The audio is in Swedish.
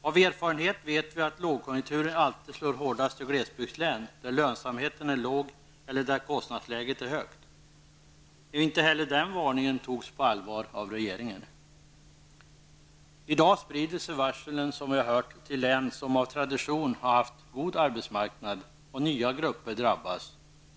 Av erfarenhet vet vi att lågkonjunkturen alltid slår hårdast i glesbygdslän, där lönsamheten är låg eller där kostnadsläget är högt. Inte heller den varningen togs på allvar av regeringen. I dag sprider sig varslen, som vi har hört, till län som av tradition har haft en god arbetsmarknad. Nya grupper drabbas.